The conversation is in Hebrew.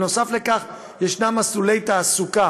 נוסף על כך יש מסלולי תעסוקה,